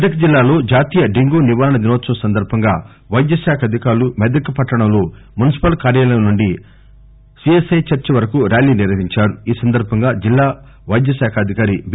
మెదక్ జిల్లాలో జాతీయ డెంగ్యూ నివారణ దినోత్సవం సందర్బంగా వైద్యశాఖ అధికారులు మెదక్ పట్టణంలో మున్సిపల్ కార్యాలయం నుండి సిఎస్ఐ చర్చ్ వరకు ర్యాలీ నిర్వహించారు ఈ సందర్భంగా జిల్లా వైద్యాశాఖధికారి బి